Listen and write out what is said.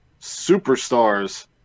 superstars